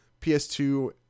PS2